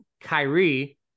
Kyrie